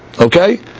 Okay